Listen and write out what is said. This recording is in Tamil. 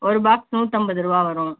ஒரு பாக்ஸ் நூத்தம்பது ரூபாய் வரும்